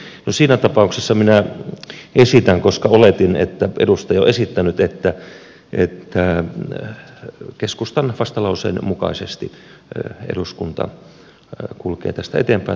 no siinä tapauksessa minä esitän oletin että edustaja on esittänyt että keskustan vastalauseen mukaisesti eduskunta kulkee tästä eteenpäin